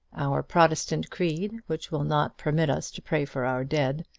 our protestant creed, which will not permit us to pray for our dead,